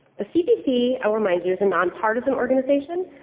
the cpc, i'll remind you, is a nonpartisan organization.